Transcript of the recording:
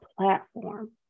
platform